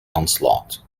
onslaught